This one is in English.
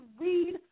read